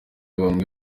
bamwe